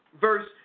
verse